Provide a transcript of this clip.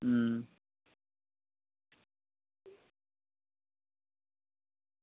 अं